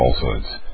falsehoods